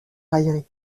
railleries